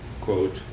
quote